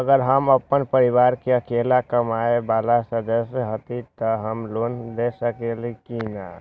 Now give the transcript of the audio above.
अगर हम अपन परिवार में अकेला कमाये वाला सदस्य हती त हम लोन ले सकेली की न?